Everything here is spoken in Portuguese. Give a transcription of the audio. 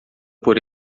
por